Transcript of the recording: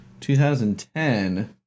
2010